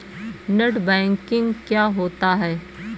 Net banking क्या होता है?